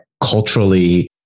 culturally